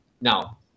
Now